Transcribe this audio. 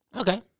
Okay